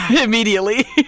immediately